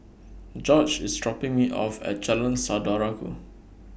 Jorge IS dropping Me off At Jalan Saudara Ku